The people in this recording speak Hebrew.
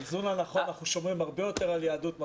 באיזון הנכון אנחנו שומרים הרבה יותר על יהדות.